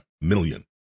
million